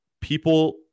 people